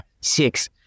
Six